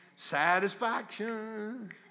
Satisfaction